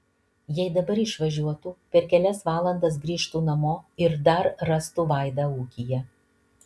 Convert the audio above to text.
jei dabar išvažiuotų per kelias valandas grįžtų namo ir dar rastų vaidą ūkyje